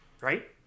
right